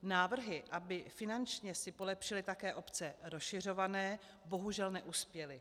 Návrhy, aby si finančně polepšily také obce rozšiřované, bohužel neuspěly.